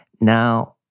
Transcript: Now